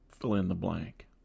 fill-in-the-blank